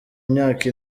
myaka